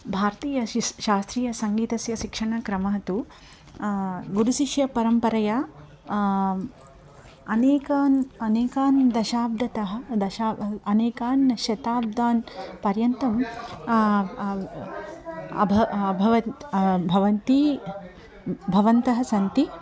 भार्तीय शस् शास्त्रीयसङ्गीतस्य शिक्षणक्रमः तु गुरुशिष्यपरम्परया अनेकानि अनेकानि दशाब्दतः दश अनेकान् शताब्दान् पर्यन्तम् अभूत् अभवत् भवन्ति भवन्तः सन्ति